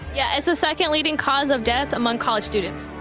yeah, it's the second leading cause of death among college students.